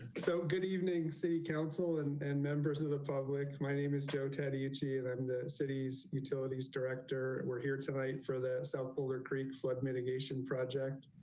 so, good evening city council and and members of the public. my name is joe teddy itchy and i'm the city's utilities director, we're here tonight for the south boulder creek flood mitigation project.